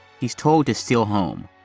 he's told to steal home.